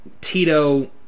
Tito